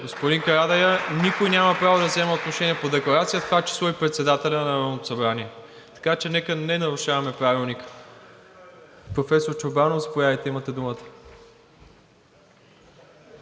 Господин Карадайъ, никой няма право да взима отношение по декларация, в това число и председателят на Народното събрание. Така че нека не нарушаваме Правилника. Професор Чорбанов, заповядайте, имате думата.